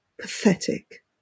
pathetic